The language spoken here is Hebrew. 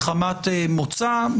מחמת מוצא,